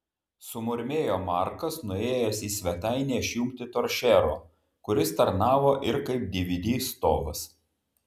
sumurmėjo markas nuėjęs į svetainę išjungti toršero kuris tarnavo ir kaip dvd stovas